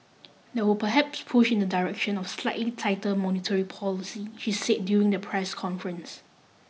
that would perhaps push in the direction of slightly tighter monetary policy she said during the press conference